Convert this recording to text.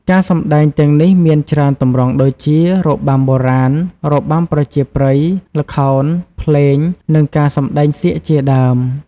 ការសម្តែងទាំងនេះមានច្រើនទម្រង់ដូចជា របាំបុរាណ របាំប្រជាប្រិយ ល្ខោន ភ្លេង និងការសម្តែងសៀកជាដើម។